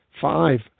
five